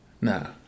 No